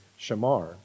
shamar